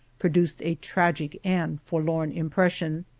pro duced a tragic and forlorn impression.